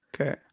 Okay